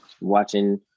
watching